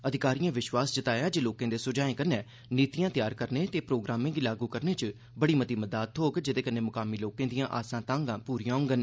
अधिकारिएं विश्वास जताया ऐ जे लोकें दे सुझाएं कन्नै नीतिआं तैयार करने ते प्रोग्रामें गी लागू करने च बड़ी मती मदाद थ्होग जेह्दे कन्नै मुकामी लोकें दिआं आसां तांगां पूरिआं होड़न